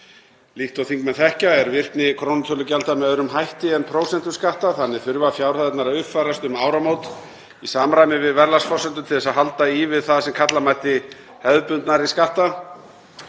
Líkt og þingmenn þekkja er virkni krónutölugjalda með öðrum hætti en prósentuskatta. Þannig þurfa fjárhæðirnar að uppfærast um áramót í samræmi við verðlagsforsendur til þess að halda í við það sem kalla mætti hefðbundnari skatta.